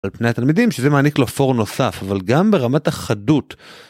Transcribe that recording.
על פני התלמידים שזה מעניק לו פור נוסף אבל גם ברמת החדות.